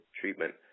treatment